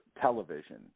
television